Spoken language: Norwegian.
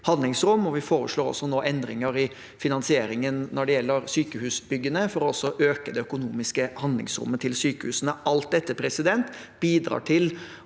vi foreslår nå endringer i finansieringen når det gjelder sykehusbyggene, for også å øke det økonomiske handlingsrommet til sykehusene. Alt dette bidrar til